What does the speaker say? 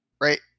right